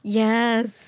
yes